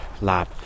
lab